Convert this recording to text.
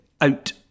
out